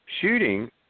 shooting